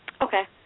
okay